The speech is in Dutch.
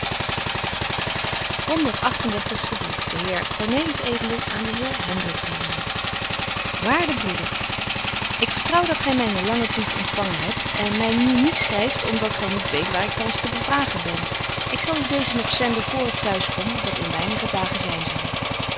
de heer cornelis edeling aan den heer hendrik edeling waarde broeder ik vertrouw dat gy mynen langen brief ontfangen hebt en my nu niet schryft om dat gy niet weet waar ik thans te bevragen ben ik zal u deezen nog zenden vr ik t'huis kom dat in weinige dagen zyn zal